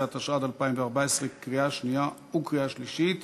ההצעה חוזרת לדיון